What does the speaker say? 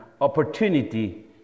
opportunity